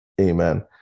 Amen